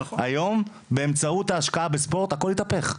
היום באמצעות ההשקעה בספורט הכול התהפך.